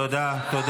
תודה.